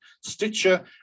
Stitcher